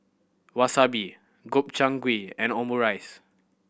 Wasabi Gobchang Gui and Omurice